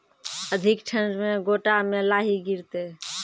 अधिक ठंड मे गोटा मे लाही गिरते?